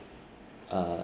uh